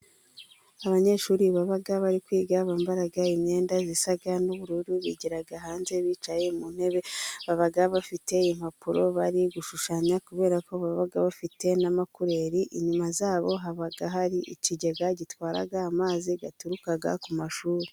Abanyeshuri baba bari kwiga bambara imyenda zisa n'ubururu, bigira hanze bicaye mu ntebe baba bafite impapuro bari gushushanya kubera ko baba bafite n'amakureri inyuma yabo haba hari ikigega gitwara amazi yaturuka ku mashuri.